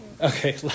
Okay